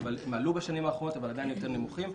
הם עלו בשנים האחרונות, אבל עדיין יותר נמוכים.